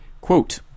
Quote